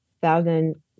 thousand